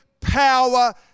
power